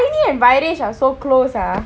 harini and viresh are so close ah